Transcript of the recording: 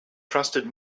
trusted